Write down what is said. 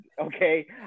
okay